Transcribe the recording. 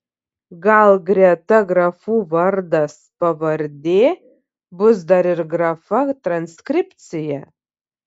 gal greta grafų vardas pavardė bus dar ir grafa transkripcija